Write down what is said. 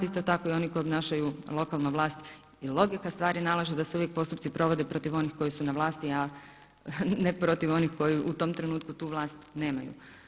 Isto tako i oni koji obnašaju lokalnu vlast i logika stvari nalaže da se uvijek postupci provode protiv onih koji su na vlasti, a ne protiv onih koji u tom trenutku tu vlast nemaju.